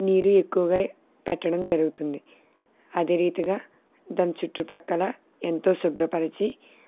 నీరు ఎక్కువగా పెట్టడం జరుగుతుంది అదే రీతిగా దాని చుట్టుప్రక్కల ఎంతో శుభ్రపరిచి